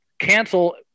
cancel